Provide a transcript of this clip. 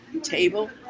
table